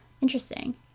interesting